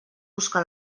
busca